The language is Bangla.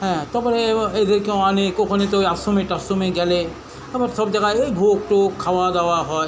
হ্যাঁ তারপরেও এদেরকে অনেক ওখানে তো ওই আশ্রমে টাশ্রমে গেলে তারপর সব জাগায় এই ভোগ টোগ খাওয়া দাওয়া হয়